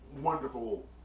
wonderful